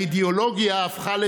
אגב, זו לא רכבת מתל